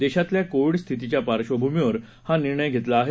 देशातल्या कोविड स्थितीघ्या पार्श्वभूमीवर हा निर्णय घेतला आहे